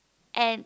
and